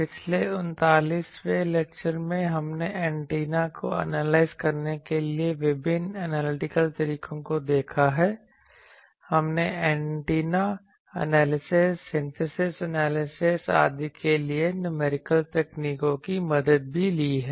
पिछले 39 लेक्चर के लिए हमने एंटीना को एनालाइज करने के लिए विभिन्न एनालिटिकल तरीकों को देखा है हमने एंटेना एनालिसिस सिंथेसिस आदि के लिए कई न्यूमेरिकल तकनीकों की मदद भी ली है